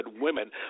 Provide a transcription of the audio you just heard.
women